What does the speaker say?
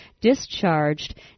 discharged